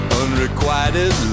unrequited